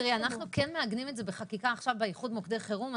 אנחנו כן מעגנים את זה בחקיקה עכשיו באיחוד מוקדי חירום.